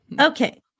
Okay